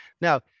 Now